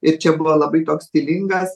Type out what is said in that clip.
ir čia buvo labai toks stilingas